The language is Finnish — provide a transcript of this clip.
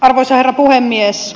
arvoisa herra puhemies